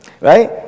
Right